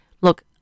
look